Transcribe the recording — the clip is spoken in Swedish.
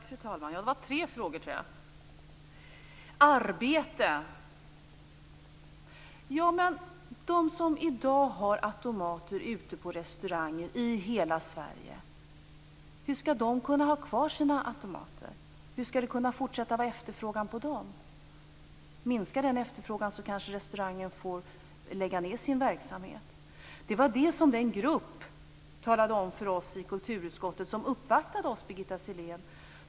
Fru talman! Det var tre frågor, tror jag. Först var det arbete. Ja, men hur skall de som i dag har automater ute på restauranger i hela Sverige kunna ha kvar sina automater? Hur skall det kunna fortsätta vara efterfrågan på dem? Minskar den efterfrågan så kanske restaurangen får lägga ned sin verksamhet. Det var just det som den grupp som uppvaktade oss i kulturutskottet talade om, Birgitta Sellén.